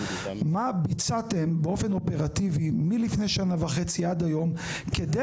מה ביצעתם באופן אופרטיבי מלפני שנה וחצי ועד היום כדי